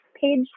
page